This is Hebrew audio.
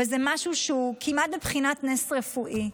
וזה משהו שהוא כמעט בבחינת נס רפואי.